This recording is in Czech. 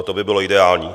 To by bylo ideální.